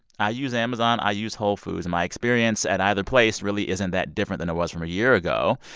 i use amazon. i use whole foods. and my experience at either place really isn't that different than it was from a year ago.